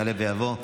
יעלה ויבוא,